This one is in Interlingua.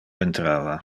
entrava